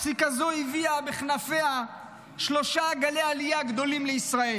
פסיקה זו הביאה בכנפיה שלושה גלי עלייה גדולים לישראל.